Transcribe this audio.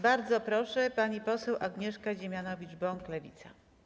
Bardzo proszę, pani poseł Agnieszka Dziemianowicz-Bąk, Lewica.